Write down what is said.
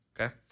okay